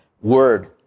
Word